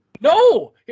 No